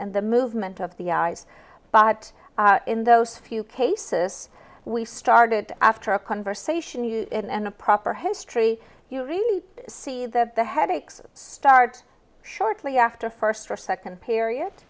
the movement of the eyes but in those few cases we started after a conversation you and a proper history you really see that the headaches start shortly after a first or second period